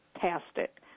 fantastic